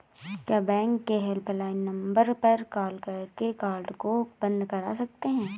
क्या बैंक के helpline number पर कॉल करके कार्ड को बंद करा सकते हैं?